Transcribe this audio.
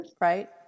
right